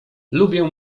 lubię